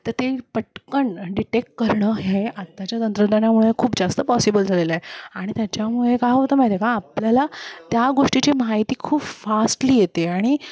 तं ते पटकण डिटेक्ट करणं हे आत्ताच्या तंत्रज्ञानामुळे खूप जास्त पॉसिबल झालेलंय आणि त्याच्यामुळे काय होतं माहिते का आपल्याला त्या गोष्टीची माहिती खूप फास्टली येते आणि